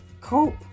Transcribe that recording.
cope